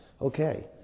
okay